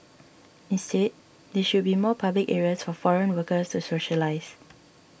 instead there should be more public areas for foreign workers to socialise